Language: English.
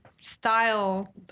style